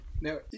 Now